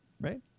Right